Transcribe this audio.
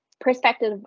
perspective